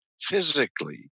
physically